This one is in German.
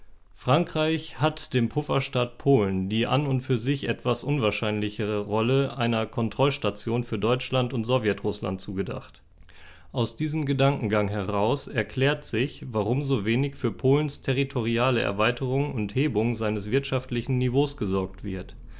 frankreich hat dem pufferstaat polen die an und für sich etwas unwahrscheinliche rolle einer kontrollstation für deutschland und sowjet-rußland zugedacht aus diesem gedankengang heraus erklärt sich warum so wenig für polens territoriale erweiterung und hebung seines wirtschaftlichen niveaus gesorgt wird